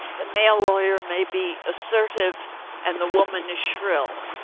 the male lawyer may be assertive and the woman is shrill.